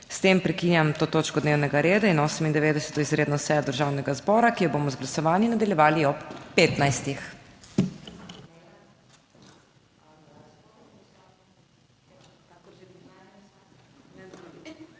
S tem prekinjam to točko dnevnega reda in 98. izredno sejo Državnega zbora, ki jo bomo z glasovanji nadaljevali ob 15.